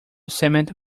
cement